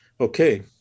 okay